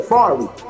Farley